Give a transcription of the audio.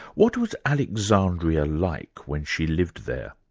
what was alexandria like when she lived there?